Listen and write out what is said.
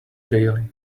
daily